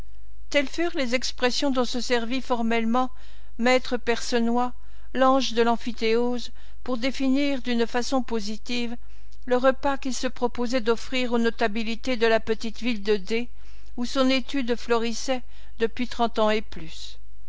telles furent les expressions dont se servit formellement me percenoix l'ange de l'emphytéose pour définir d'une façon positive le repas qu'il se proposait d'offrir aux notabilités de la petite ville de d où son étude florissait depuis trente ans et plus